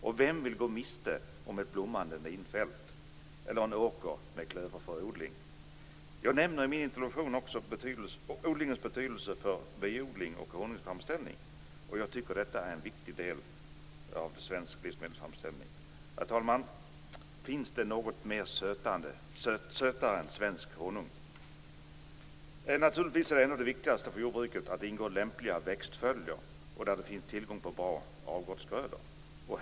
Och vem vill gå miste om ett blommande linfält eller en åker med klöverfröodling. Jag nämner i min interpellation också odlingens betydelse för biodling och honungsframställning och jag tycker att detta är en viktig del av svensk livsmedelsframställning. Fru talman! Finns det något sötare än svensk honung? Naturligtvis är ändå det viktigaste för jordbruket att ingå lämpliga växtföljder med tillgång till bra avbrottsgrödor.